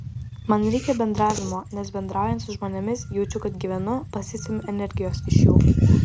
man reikia bendravimo nes bendraujant su žmonėmis jaučiu kad gyvenu pasisemiu energijos iš jų